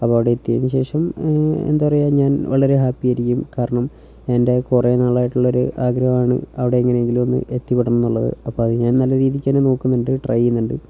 അപ്പോൾ അവിടെ എത്തിയതിനുശേഷം എന്താ പറയുക ഞാൻ വളരെ ഹാപ്പിയായിരിക്കും കാരണം എൻ്റെ കുറേ നാളായിട്ടുള്ളൊരു ആഗ്രഹമാണ് അവിടെ എങ്ങനെയെങ്കിലും ഒന്ന് എത്തിപ്പെടണം എന്നുുള്ളത് അപ്പോൾ അത് ഞാൻ നല്ല രീതിയ്ക്കുതന്നെ നോക്കുന്നുണ്ട് ട്രൈ ചെയ്യുന്നുണ്ട്